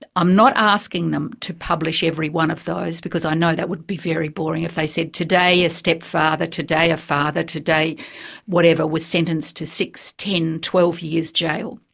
i'm not asking them to publish every one of those, because i know that would be very boring if they said, today a stepfather, today a father, today whatever, was sentenced to six, ten, twelve years jail.